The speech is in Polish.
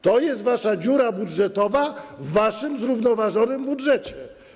To jest wasza dziura budżetowa w waszym zrównoważonym budżecie.